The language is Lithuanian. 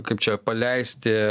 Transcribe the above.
kaip čia paleisti